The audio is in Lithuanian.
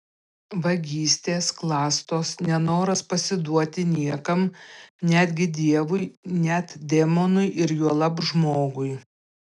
vagystės klastos nenoras pasiduoti niekam netgi dievui net demonui ir juolab žmogui